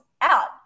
out